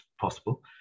possible